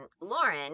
Lauren